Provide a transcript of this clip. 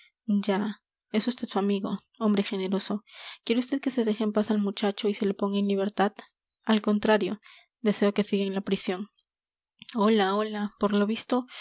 ya es vd su amigo hombre generoso quiere vd que se deje en paz al muchacho y se le ponga en libertad al contrario deseo que siga en la prisión hola hola por lo visto